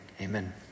amen